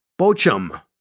Bochum